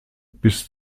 bis